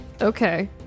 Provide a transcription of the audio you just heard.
Okay